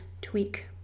tweak